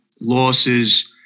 losses